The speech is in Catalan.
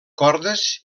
cordes